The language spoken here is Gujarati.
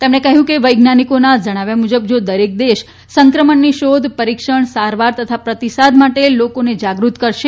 તેમણે કહ્યું કે વૈજ્ઞાનિકોના જણાવ્યા મુજબ જો દરેક દેશ સંક્રમણની શોધ પરીક્ષણ સારવાર તથા પ્રતિસાદ માટે લોકોને જાગૃત કરશે